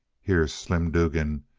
here's slim dugan,